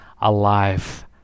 alive